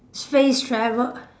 space travel